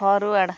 forward